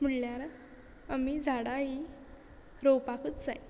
म्हणल्यार आमी झाडां ही रोवपाकूच जाय